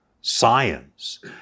science